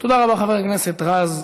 תודה רבה, חבר הכנסת רז.